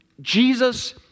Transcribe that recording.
Jesus